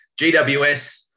GWS